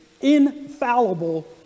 infallible